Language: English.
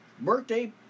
birthday